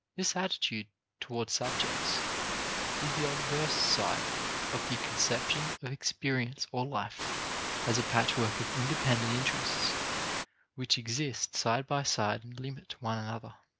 this attitude toward subjects is the obverse side of the conception of experience or life as a patchwork of independent interests which exist side by side and limit one another.